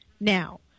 now